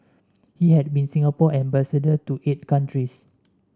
he had been Singapore ambassador to eight countries